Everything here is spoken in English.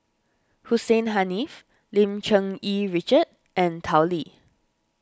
Hussein Haniff Lim Cherng Yih Richard and Tao Li